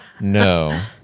No